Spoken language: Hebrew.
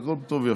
הכול טוב ויפה.